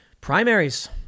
Primaries